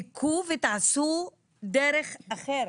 אבל תבדקו ותעשו דרך אחרת.